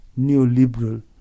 neoliberal